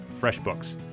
freshbooks